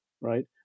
Right